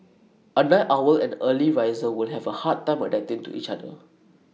A night owl and early riser will have A hard time adapting to each other